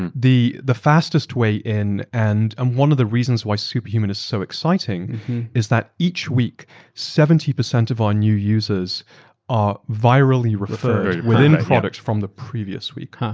and the the fastest way in. and and one of the reasons why superhuman is so exciting is that each week seventy percent of our new users are virally referred within products from the previous week. ah